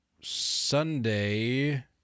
Sunday